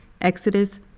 exodus